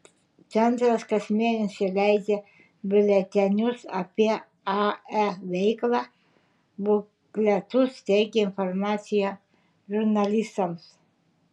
centras kas mėnesį leidžia biuletenius apie ae veiklą bukletus teikia informaciją žurnalistams